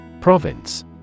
Province